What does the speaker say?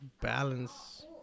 balance